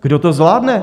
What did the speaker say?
Kdo to zvládne?